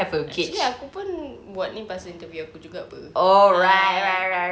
actually aku pun buat ni pasal interview aku juga apa mm